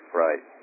right